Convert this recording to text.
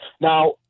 Now